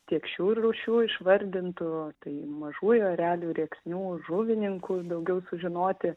tiek šių rūšių išvardintų tai mažųjų erelių rėksnių žuvininkų daugiau sužinoti